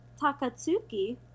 Takatsuki